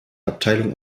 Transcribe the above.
abteilung